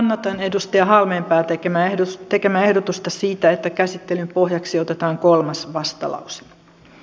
kannatan edustaja halmeenpään tekemää ehdotusta siitä että käsittelyn pohjaksi otetaan kolmas vastalause